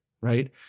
right